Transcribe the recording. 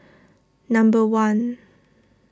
number one